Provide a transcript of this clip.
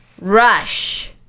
rush